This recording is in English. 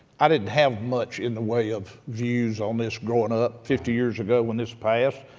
i didn't have much in the way of views on this growing up, fifty years ago when this passed.